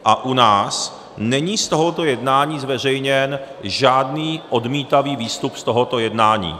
A u nás není z tohoto jednání zveřejněn žádný odmítavý výstup z tohoto jednání.